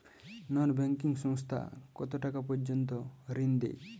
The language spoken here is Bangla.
নন ব্যাঙ্কিং সংস্থা কতটাকা পর্যন্ত ঋণ দেয়?